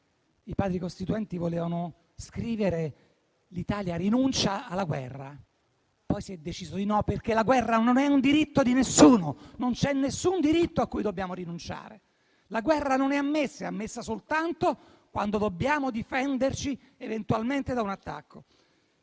i Padri costituenti volevano scrivere che l'Italia rinuncia alla guerra. Poi si è deciso di no, perché la guerra non è un diritto di alcuno, non c'è alcun diritto a cui dobbiamo rinunciare. La guerra non è ammessa; è ammessa soltanto quando dobbiamo difenderci eventualmente da un attacco.